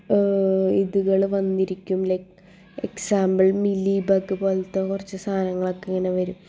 ഇതുകൾ വന്നിരിക്കും like example mealybug പോലത്തെ കുറച്ച് സാധനങ്ങളൊക്കെ ഇങ്ങനെ വരും